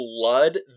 Blood